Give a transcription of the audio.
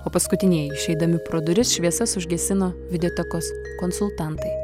o paskutinieji išeidami pro duris šviesas užgesino videotekos konsultantai